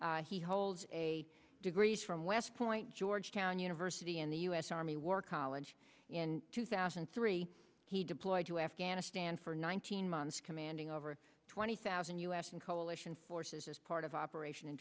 affairs he holds a degree from west point georgetown university in the u s army war college in two thousand and three he deployed to afghanistan for nineteen months commanding over twenty thousand u s and coalition forces as part of operation end